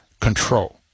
control